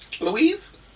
Louise